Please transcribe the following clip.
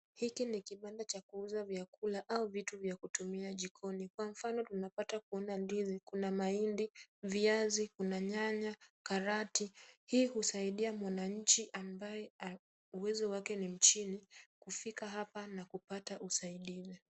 Hiki ni kibanda cha kuuza vyakula au vitu vya kutumia jikoni kwa mfano tunapata kuona ndizi, kuna mahindi, viazi ,kuna nyanya karoti. Hii husaidia mwananchi ambaye uwezo wake ni wa chini kufika hapa na kupata usaidizi.